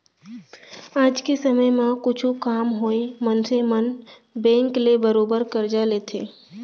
आज के समे म कुछु काम होवय मनसे मन बेंक ले बरोबर करजा लेथें